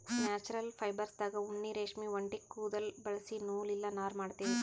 natural ಫೈಬರ್ಸ್ದಾಗ್ ಉಣ್ಣಿ ರೇಷ್ಮಿ ಒಂಟಿ ಕುದುಲ್ ಬಳಸಿ ನೂಲ್ ಇಲ್ಲ ನಾರ್ ಮಾಡ್ತೀವಿ